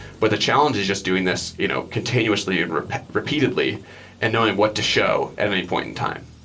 but the challenge is just doing this you know continuously and repeatedly and knowing what to show at any point in time.